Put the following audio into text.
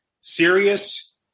serious